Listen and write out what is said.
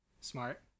Smart